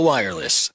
Wireless